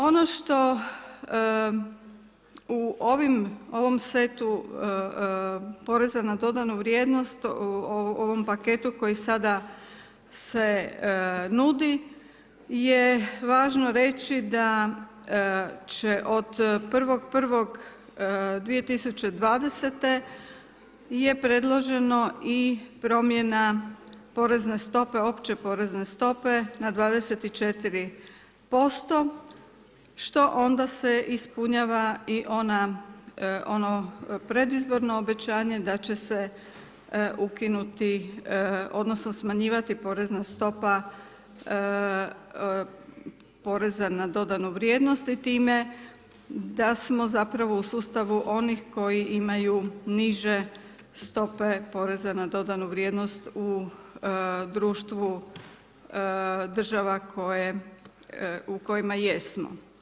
Ono što u ovom setu poreza na dodanu vrijednost, ovom paketu koji sada se nudi je važno reći, da će od 1.1.2020. je predloženo je i promjena porezne stope, opće porezne stope na 24% što onda se ispunjava i ono predizborno obećanje da će se ukinuti, odnosno smanjivati porezna stopa poreza na dodatnu vrijednost i time da smo zapravo u sustavu onih koji imaju niže stope poreza na dodanu vrijednost u društvu država koje, u kojima jesmo.